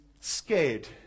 scared